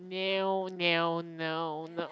no no no no